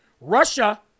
Russia